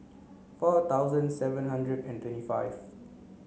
four thousand seven hundred and twenty five